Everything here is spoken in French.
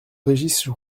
régis